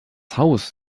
haus